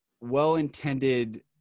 well-intended